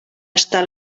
estat